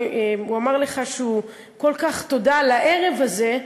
הוא אמר לך כל כך תודה על הערב הזה,